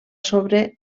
sobre